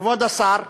כבוד השר,